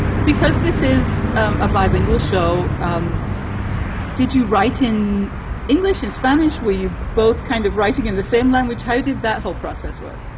because this is um a bilingual show. um did you write in english, in spanish? were you both kind of writing in the same language? how did that whole process work?